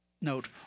note